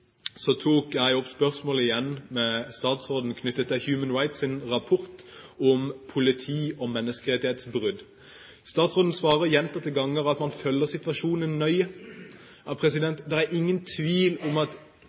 tok jeg opp spørsmålet igjen med statsråden knyttet til Human Rights Watchs rapport om politi og menneskerettighetsbrudd. Statsråden svarer gjentatte ganger at man følger situasjonen nøye. Det er ingen tvil om at